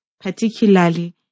particularly